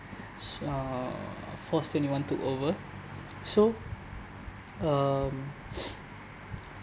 uh force twenty one took over so um